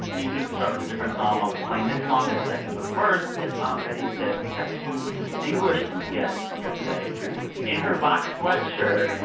each week, we start with a different song. i'll explain this song in a second. but first, as aunt betty said, we have two distinguished guests here today distinguished in her vox sweatshirt.